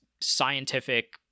scientific